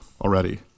already